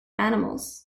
animals